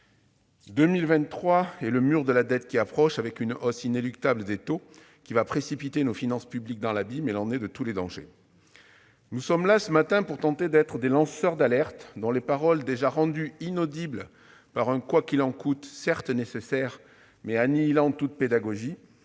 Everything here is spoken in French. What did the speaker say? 2023- et le mur de la dette de plus en plus proche, avec une hausse inéluctable des taux qui précipitera nos finances publiques dans l'abîme -est l'année de tous les dangers. Nous sommes là ce matin pour tenter d'être des lanceurs d'alerte, dont les paroles, déjà rendues inaudibles par un « quoi qu'il en coûte » certes nécessaire, mais annihilant toute pédagogie,